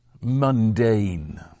mundane